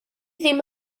ddim